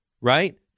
Right